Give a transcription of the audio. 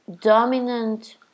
dominant